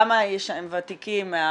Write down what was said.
גם הוותיקים,